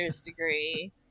degree